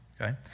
okay